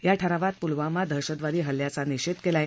या ठरावात पुलवामा दहशतवादी हल्ल्याचा निषेध केला आहे